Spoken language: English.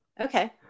okay